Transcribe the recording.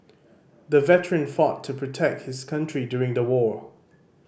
the veteran fought to protect his country during the war